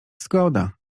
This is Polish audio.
zgoda